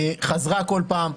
חזרה כל פעם.